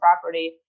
property